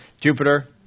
Jupiter